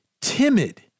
timid